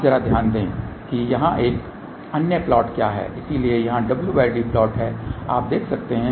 अब जरा ध्यान दें कि यहां अन्य प्लॉट क्या हैं इसलिए यहां wd प्लॉट हैं आप देख सकते हैं